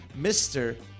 Mr